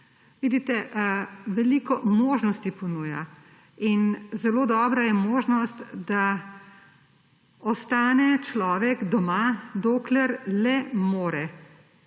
veliko možnosti ponuja in zelo dobra je možnost, da ostane človek doma, dokler le more,